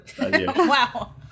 Wow